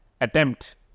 attempt